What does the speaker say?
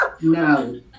No